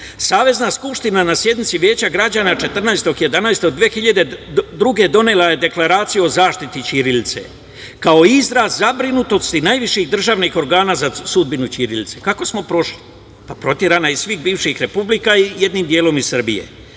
Savezna skupština na sednici Veća građana 14.11.2002. godine donela je Deklaraciju o zaštiti ćirilice kao izraz zabrinutosti najviših državnih organa za sudbinu ćirilice. Kako smo prošli? Pa, proterana je iz svih bivših republika i jednim delom iz Srbije.